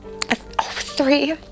Three